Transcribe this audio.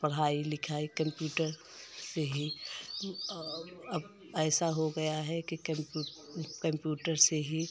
पढ़ाई लिखाई कंप्यूटर से ही अब ऐसा हो गया है कि कंप्यूटर से ही